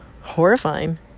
horrifying